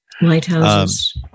lighthouses